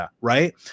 Right